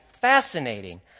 fascinating